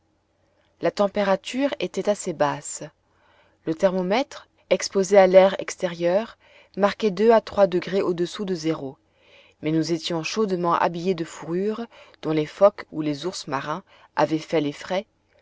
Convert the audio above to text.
la température était assez basse le thermomètre exposé à l'air extérieur marquait deux à trois degrés au-dessous de zéro mais nous étions chaudement habillés de fourrures dont les phoques ou les ours marins avaient fait les frais